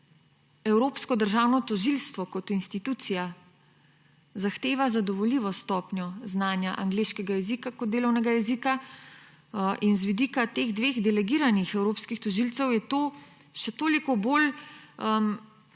Evropsko javno tožilstvo kot institucija zahteva zadovoljivo stopnjo znanja angleškega jezika kot delovnega jezika. Z vidika teh dveh delegiranih evropskih tožilcev je to še toliko bolj